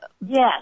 Yes